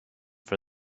for